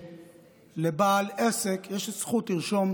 שלבעל עסק יש זכות לרשום: